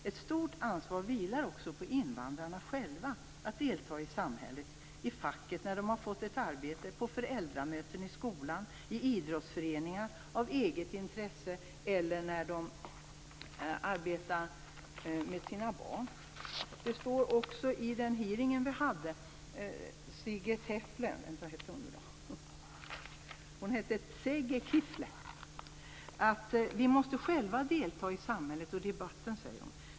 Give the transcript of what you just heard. Ett stort ansvar vilar också på invandrarna själva att delta i samhället, i facket när de har fått ett arbete, på föräldramöten i skolan, i idrottsföreningar, av eget intresse eller när de arbetar med sina barn. I den utfrågning som vi genomförde sade en invandrare, Tzeghe Kifle, bl.a. följande: "Vi måste själva delta i samhället och i debatten.